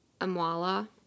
Amwala